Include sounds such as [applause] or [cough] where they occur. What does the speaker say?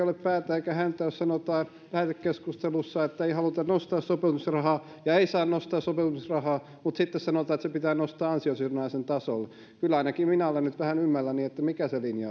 [unintelligible] ole päätä eikä häntää jos sanotaan lähetekeskustelussa että ei haluta nostaa sopeutumisrahaa ja ei saa nostaa sopeutumisrahaa mutta sitten sanotaan että se pitää nostaa ansiosidonnaisen tasolle kyllä ainakin minä olen nyt vähän ymmälläni siitä mikä se linja [unintelligible]